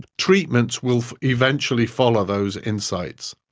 treatments will eventually follow those insights,